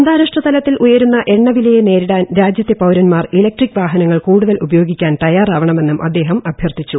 അന്താരാഷ്ട്രതലത്തിൽ ഉയരുന്ന എണ്ണ വിലയെ നേരിടാൻ രാജ്യത്തെ പൌരൻമാർ ഇല്ക്ട്രിക് വാഹനങ്ങൾ കൂടുതൽ ഉപയോഗിക്കാൻ തയ്യാറാവണമെന്നും അദ്ദേഹം അഭ്യർത്ഥിച്ചു